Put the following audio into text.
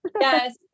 yes